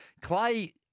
Clay